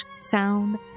sound